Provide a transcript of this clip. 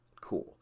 Cool